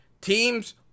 Teams